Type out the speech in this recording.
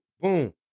Boom